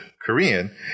Korean